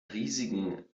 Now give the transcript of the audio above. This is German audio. riesigen